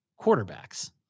quarterbacks